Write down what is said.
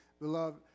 beloved